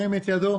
ירים את ידו.